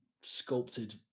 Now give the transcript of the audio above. sculpted